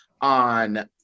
on